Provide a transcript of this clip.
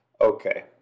Okay